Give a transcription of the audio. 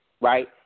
right